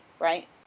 right